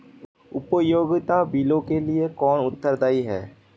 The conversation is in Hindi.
उपयोगिता बिलों के लिए कौन उत्तरदायी है?